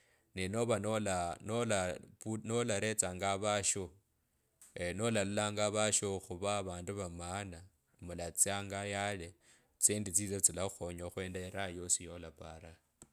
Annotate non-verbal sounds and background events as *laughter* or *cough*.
Ne- ne nova nola pu nolaretsangaavasho *hesitation* nolola vasho khuva vandu va maana mulstsyangu yale tsisendi tsitsyo tsilakhuyeta khwenda eraha yosi yalaparanga.